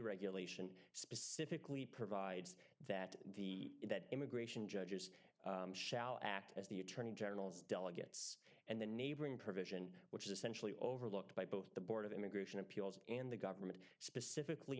regulation specifically provides that the that immigration judges shall act as the attorney general's delegates and the neighboring provision which essentially overlooked by both the board of immigration appeals and the government specifically